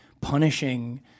punishing